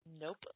Nope